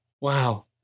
wow